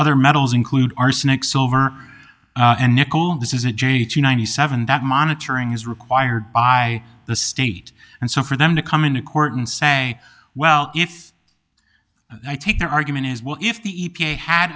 other metals include arsenic silver and nickel this is a j two ninety seven that monitoring is required by the state and so for them to come into court and say well if i take their argument is well if the e p a had